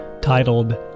titled